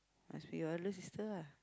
must be your elder sister ah